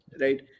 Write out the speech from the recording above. Right